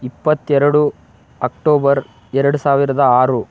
ಇಪ್ಪತ್ತೆರಡು ಅಕ್ಟೋಬರ್ ಎರಡು ಸಾವಿರದ ಆರು